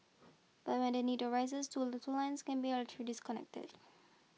but when the need arises two of two lines can be disconnected